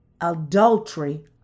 adultery